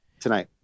tonight